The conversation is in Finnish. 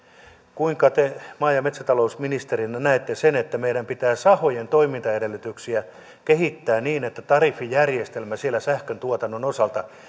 kuinka te maa ja metsätalousministerinä näette sen että meidän pitää sahojen toimintaedellytyksiä kehittää niin että tariffijärjestelmä siellä sähköntuotannon osalta